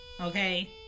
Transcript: okay